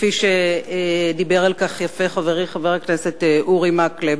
כפי שדיבר על כך יפה חברי חבר הכנסת אורי מקלב: